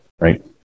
right